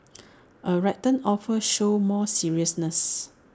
A written offer shows more seriousness